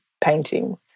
painting